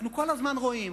אנחנו כל הזמן רואים,